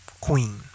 Queen